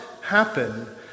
happen